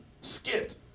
skipped